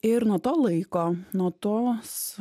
ir nuo to laiko nuo tos